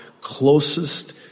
closest